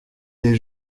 des